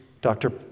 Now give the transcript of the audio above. Dr